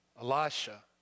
Elisha